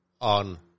on